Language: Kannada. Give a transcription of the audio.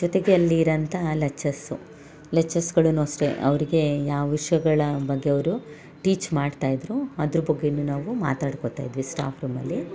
ಜೊತೆಗೆ ಅಲ್ಲಿರೋಂಥ ಲೆಚ್ಚರ್ಸು ಲೆಕ್ಚರ್ಸ್ಗಳೂ ಅಷ್ಟೇ ಅವ್ರಿಗೆ ಯಾವ ವಿಷಯಗಳ ಬಗ್ಗೆ ಅವರು ಟೀಚ್ ಮಾಡ್ತಾ ಇದ್ದರು ಅದ್ರ ಬಗ್ಗೆಯೂ ನಾವು ಮಾತಾಡ್ಕೊಳ್ತಾ ಇದ್ವಿ ಸ್ಟಾಫ್ ರೂಮಲ್ಲಿ